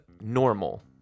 normal